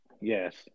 Yes